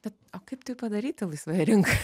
bet o kaip tai padaryti laisvoje rinkoje